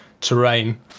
terrain